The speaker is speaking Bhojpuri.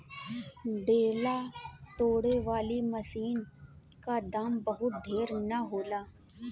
ढेला तोड़े वाली मशीन क दाम बहुत ढेर ना होला